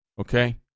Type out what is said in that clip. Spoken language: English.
okay